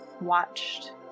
watched